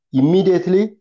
immediately